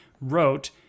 wrote